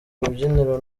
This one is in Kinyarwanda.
rubyiniro